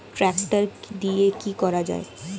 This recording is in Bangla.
ট্রাক্টর দিয়ে কি করা যায়?